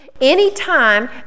Anytime